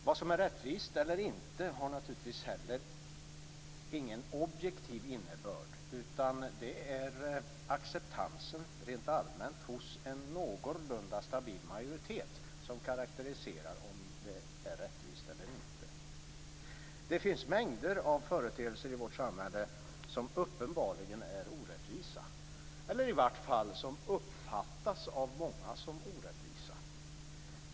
Vad som är rättvist eller inte har naturligtvis inte heller någon objektiv innebörd, utan det är acceptansen rent allmänt hos en någorlunda stabil majoritet som karakteriserar om det är rättvist eller inte. Det finns mängder av företeelser i vårt samhälle som uppenbarligen är orättvisa eller som i varje fall av många uppfattas som orättvisa.